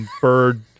bird